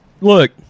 look